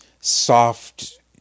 soft